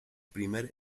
primer